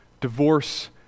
divorce